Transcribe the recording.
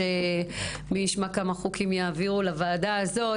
שמי ישמע כמה חוקים יעבירו לוועדה הזאת.